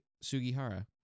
Sugihara